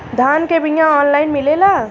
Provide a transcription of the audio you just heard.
धान के बिया ऑनलाइन मिलेला?